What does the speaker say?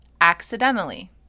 Accidentally